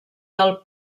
del